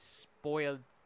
spoiled